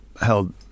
held